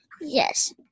Yes